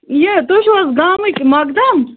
یہِ تُہۍ چھُو حظ گامٕکۍ مقدَم